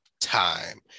time